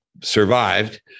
survived